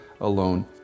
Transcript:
alone